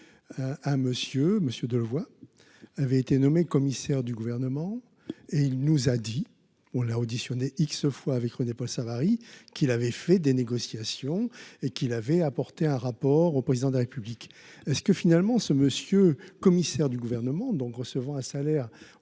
hein Monsieur Monsieur Delevoye avait été nommé commissaire du gouvernement, et il nous a dit on a auditionné X fois avec René-Paul Savary, qu'il l'avait fait des négociations et qu'il avait apporté un rapport au président de la République est-ce que finalement ce monsieur, commissaire du gouvernement, donc recevoir un salaire